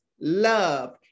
love